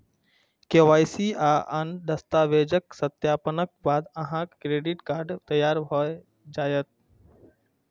KYC आ आन दस्तावेजक सत्यापनक बाद अहांक क्रेडिट कार्ड तैयार भए जायत